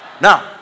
Now